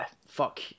fuck